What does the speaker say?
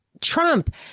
trump